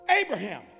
Abraham